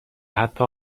حتی